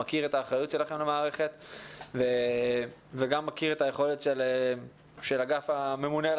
אני מכיר את האחריות שלכם למערכת וגם מכיר את היכולת של אגף הממונה על